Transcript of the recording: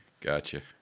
Gotcha